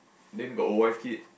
then got old wife kid